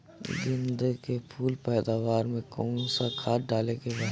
गेदे के फूल पैदवार मे काउन् सा खाद डाले के बा?